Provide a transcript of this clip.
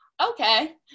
Okay